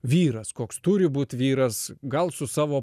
vyras koks turi būt vyras gal su savo